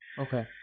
Okay